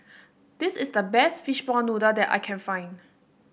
this is the best Fishball Noodle that I can find